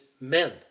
men